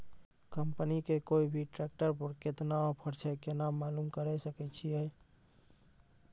Company के कोय भी ट्रेक्टर पर केतना ऑफर छै केना मालूम करऽ सके छियै?